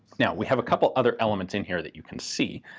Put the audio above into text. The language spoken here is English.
now we have a couple other elements in here that you can see.